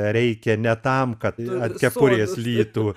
reikia ne tam kad ant kepurės lytų